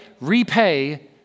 Repay